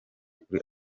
kuri